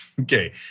Okay